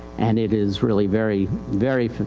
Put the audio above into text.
and it is really very, very,